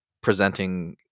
presenting